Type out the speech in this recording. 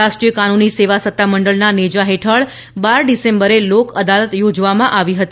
રાષ્ટ્રીય કાનૂની સેવા સત્તા મંડળનાં નેજા હેઠળ બાર ડિસેમ્બરે લોક અદાલત યોજવામાં આવી હતી